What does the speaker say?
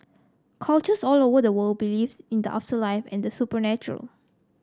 cultures all over the world believe in the afterlife and the supernatural